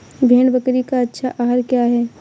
भेड़ बकरी का अच्छा आहार क्या है?